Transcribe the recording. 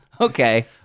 okay